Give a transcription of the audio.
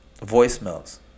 voicemails